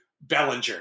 Bellinger